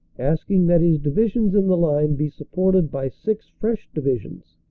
asking that his divisions in the line be supported by six fresh divisions,